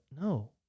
no